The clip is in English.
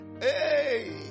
Hey